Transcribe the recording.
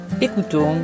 écoutons